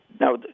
Now